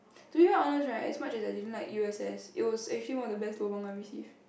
to be very honest right as much as I didn't like U_S_S it was actually one of the best lobang I received